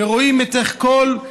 רואים איך כל,